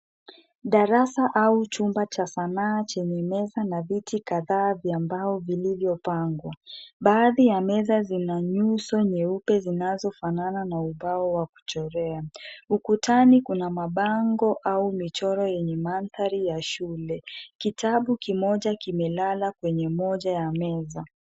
Darasa au chumba cha sanaa chenye meza na viti kadhaa vya mbao vilivyopangwa. Baadhi ya meza zina nyuso nyeupe zinazofanana na ubao wa kuchorea. Ukutani kuna mabango au michoro yenye mandhari ya shule. Kitabu kimoja kimelala kwenye moja ya meza.